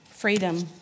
Freedom